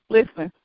Listen